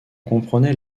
comprenait